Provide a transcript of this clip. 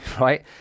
right